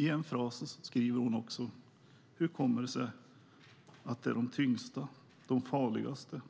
I en annan fras undrar hon hur det kommer sig att de tyngsta, farligaste,